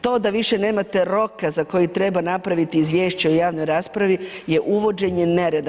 To da više nemate roka za koji treba napraviti izvješće o javnoj raspravi je uvođenje nereda.